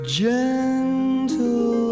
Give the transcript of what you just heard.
gentle